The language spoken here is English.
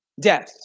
death